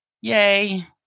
Yay